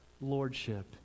lordship